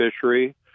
fishery